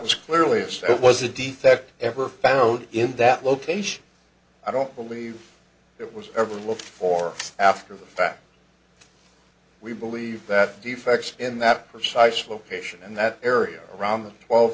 was clearly if so it was a defect ever found in that location i don't believe it was ever looked for after the fact we believe that defects in that precise location and that area around the twelve